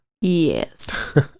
Yes